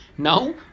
Now